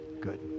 good